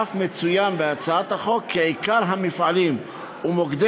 ואף מצוין בהצעת החוק כי עיקר המפעלים ומוקדי